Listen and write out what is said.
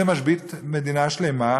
זה משבית מדינה שלמה,